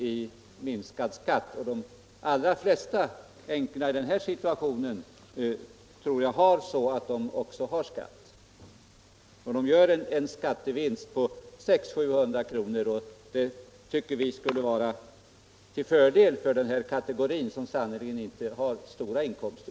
i minskad skatt; de allra flesta änkorna i denna situation, tror jag, har sådana förhållanden att de också betalar skatt. De skulle alltså göra en skattevinst på 600-700 kr., och det tycker vi skulle vara av betydelse för denna kategori, som sannerligen inte har stora inkomster.